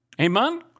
Amen